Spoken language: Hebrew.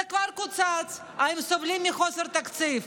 הם סובלים מחוסר תקציב.